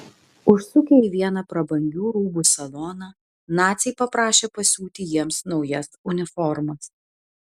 užsukę į vieną prabangių rūbų saloną naciai paprašė pasiūti jiems naujas uniformas